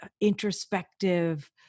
introspective